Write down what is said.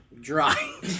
dry